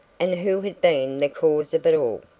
and who had been the cause of it all?